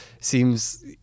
seems